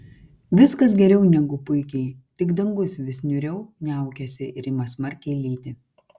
viskas geriau negu puikiai tik dangus vis niūriau niaukiasi ir ima smarkiai lyti